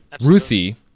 Ruthie